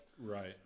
Right